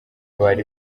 bari